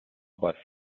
bei